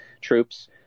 troops